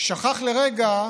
שכח לרגע